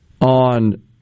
on